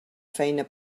feina